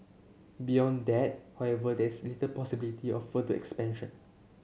beyond that however there's little possibility of further expansion